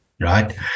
right